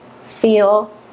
feel